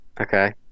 Okay